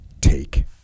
take